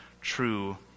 true